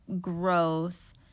Growth